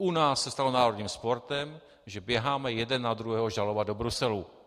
U nás se stalo národním sportem, že běháme jeden na druhého žalovat do Bruselu.